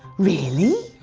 really?